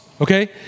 okay